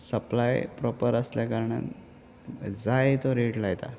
supply proper आसल्या कारणान जाय तो रेट लायता